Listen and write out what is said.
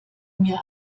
mir